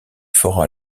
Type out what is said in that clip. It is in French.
fort